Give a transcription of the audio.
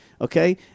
Okay